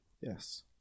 Yes